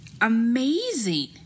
amazing